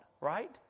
right